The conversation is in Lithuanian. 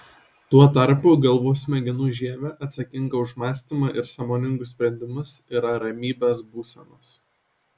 tuo tarpu galvos smegenų žievė atsakinga už mąstymą ir sąmoningus sprendimus yra ramybės būsenos